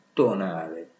tonale